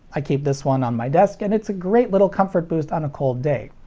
i keep this one on my desk and it's a great little comfort boost on a cold day.